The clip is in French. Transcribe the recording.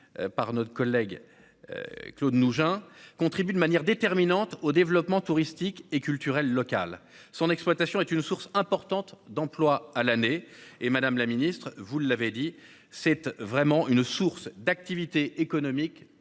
Par notre collègue. Claude Mougin contribue de manière déterminante au développement touristique et culturel local, son exploitation est une source importante d'emplois à l'année et Madame la Ministre vous l'avez dit cette vraiment une source d'activité économiques